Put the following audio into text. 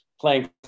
playing